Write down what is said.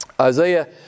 Isaiah